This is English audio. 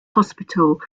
hospital